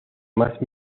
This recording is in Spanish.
más